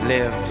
Live